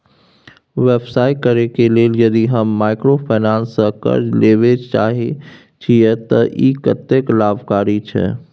व्यवसाय करे के लेल यदि हम माइक्रोफाइनेंस स कर्ज लेबे चाहे छिये त इ कत्ते लाभकारी छै?